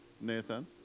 Nathan